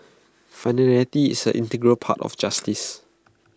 finality is an integral part of justice